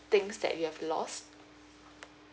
things that you have lost